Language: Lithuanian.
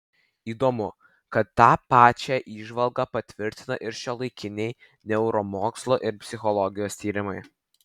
įdomu kad tą pačią įžvalgą patvirtina ir šiuolaikiniai neuromokslo ir psichologijos tyrimai